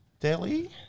Delhi